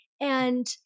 And-